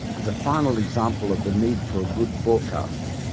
as a final example of the need for a good forecast,